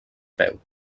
peu